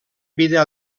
vida